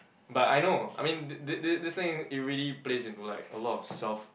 but I know I mean this this this thing it really plays into like a lot of self